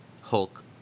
Hulk